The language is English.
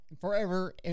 Forever